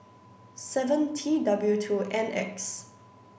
seven T W two N X